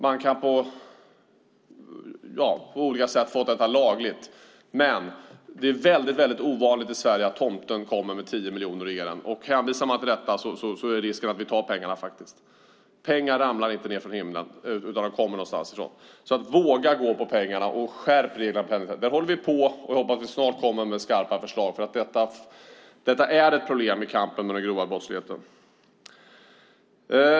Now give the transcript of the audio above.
Man kan på olika sätt ha fått dem lagligt, men det är väldigt ovanligt i Sverige att tomten kommer med 10 miljoner, och hänvisar man till detta finns risken att vi tar pengarna. Pengar ramlar inte ned från himlen, utan de kommer någonstans ifrån. Våga gå på pengarna och skärp reglerna för penningtvätt! Där håller vi på, och jag hoppas att vi snart kommer med skarpa förslag, för detta är ett problem i kampen mot den grova brottsligheten.